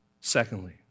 Secondly